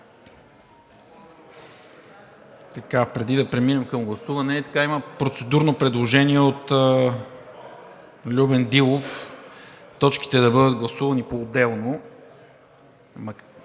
Преди да преминем към гласуване, има процедурно предложение от Любен Дилов точките да бъдат гласувани поотделно.